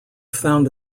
found